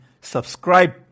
subscribe